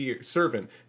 servant